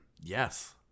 Yes